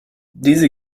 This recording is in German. diese